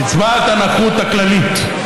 קצבת הנכות הכללית,